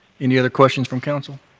any other questions from council?